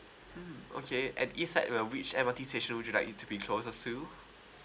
mm okay at east site around which end M_R_T section would you like to be closest too